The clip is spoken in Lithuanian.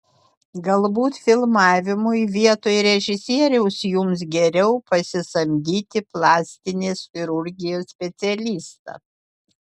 galbūt filmavimui vietoj režisieriaus jums geriau pasisamdyti plastinės chirurgijos specialistą